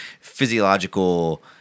physiological –